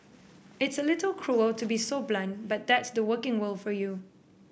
it's a little cruel to be so blunt but that's the working world for you